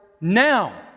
now